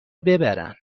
ببرن